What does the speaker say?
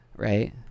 Right